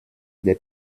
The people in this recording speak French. des